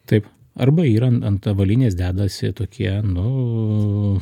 taip arba yra an ant avalynės dedasi tokie nu